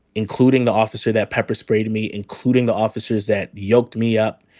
including the officer that pepper spray to me, including the officers that yoked me up,